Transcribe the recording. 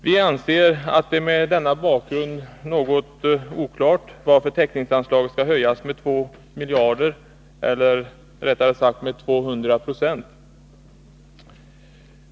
Vi anser att det mot denna bakgrund är något oklart varför täckningsanslaget skall höjas med 2 miljarder kronor, eller rättare sagt med 200 90.